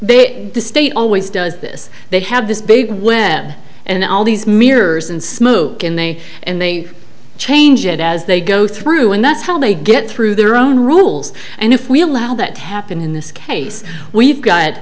they the state always does this they have this big when and all these mirrors and smoke and they and they change it as they go through and that's how they get through their own rules and if we allow that to happen in this case we've got